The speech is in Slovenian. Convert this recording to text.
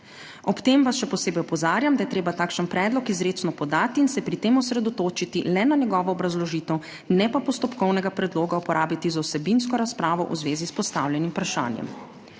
Ob tem vas še posebej opozarjam, da je treba takšen predlog izrecno podati in se pri tem osredotočiti le na njegovo obrazložitev, ne pa postopkovnega predloga uporabiti za vsebinsko razpravo v zvezi s postavljenim vprašanjem.